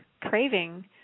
craving